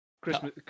Christmas